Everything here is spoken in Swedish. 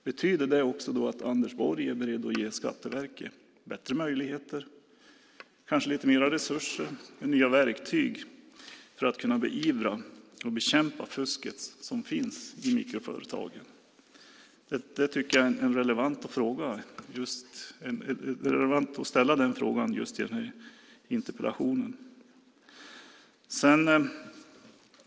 Betyder det också då att Anders Borg är beredd att ge Skatteverket bättre möjligheter, kanske lite mera resurser och nya verktyg för att kunna beivra och bekämpa det fusk som finns i mikroföretagen? Jag tycker att det är relevant att ställa den frågan i samband med den här interpellationen.